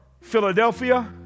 Philadelphia